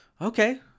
Okay